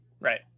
Right